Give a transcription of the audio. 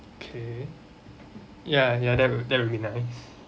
okay ya ya that would that would be nice